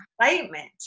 excitement